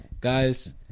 Guys